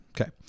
Okay